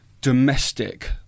domestic